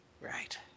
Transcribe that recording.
Right